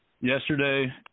yesterday